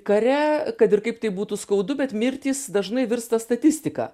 kare kad ir kaip tai būtų skaudu bet mirtys dažnai virsta statistika